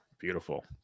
Beautiful